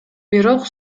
бирок